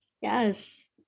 Yes